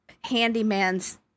handyman's